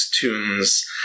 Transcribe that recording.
Tunes